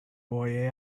boy